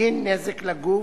בגין נזק לגוף,